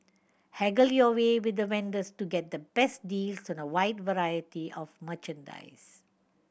haggle your way with the vendors to get the best deals on a wide variety of merchandise